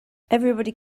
everybody